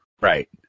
Right